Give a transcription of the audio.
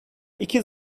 iki